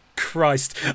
Christ